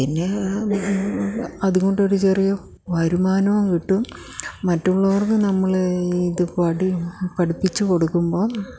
പിന്നെ അതുകൊണ്ടൊരു ചെറിയ വരുമാനവും കിട്ടും മറ്റുള്ളവർക്ക് നമ്മളെ ഇത് പഠിപ്പിച്ച് കൊടുക്കുമ്പോൾ